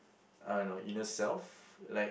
I don't know inner self like